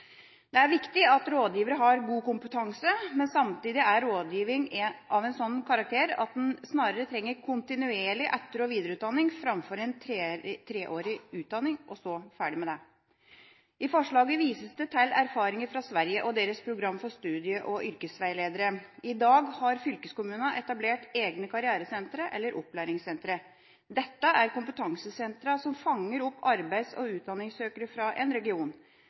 Det er viktig at rådgivere har god kompetanse, men samtidig er rådgivning av en slik karakter at en snarere trenger kontinuerlig etter- og videreutdanning, framfor en treårig utdanning, og så ferdig med det. I forslaget vises det til erfaringer fra Sverige og deres program for studie- og yrkesveiledere. I dag har fylkeskommunene etablert egne karrieresentre eller opplæringssentre. Dette er kompetansesentre som fanger opp arbeids- og utdanningssøkere fra en region.